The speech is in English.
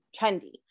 trendy